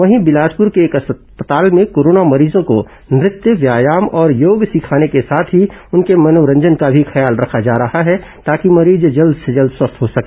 वहीं बिलासपुर के एक अस्पताल में कोरोना मरीजों को नृत्य व्यायाम और योग सिखाने के साथ ही उनके मनोरंजन का भी ख्याल रखा जा रहा है ताकि मरीज जल्द से जल्द स्वस्थ हो सके